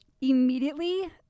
Immediately